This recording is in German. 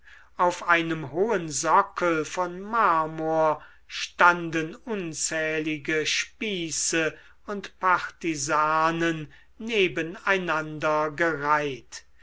auf einem hohen sockel von marmor standen unzählige spieße und partisanen neben einander gereiht